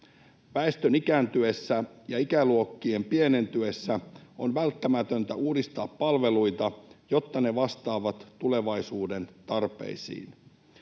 Väestön ikääntyessä ja ikäluokkien pienentyessä on välttämätöntä uudistaa palveluita, jotta ne vastaavat tulevaisuuden tarpeisiin.